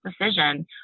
decision